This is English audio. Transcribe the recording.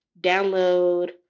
download